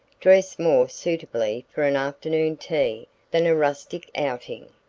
dressed more suitably for an afternoon tea than a rustic outing.